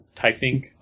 typing